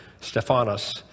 Stephanos